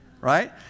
right